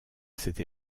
cette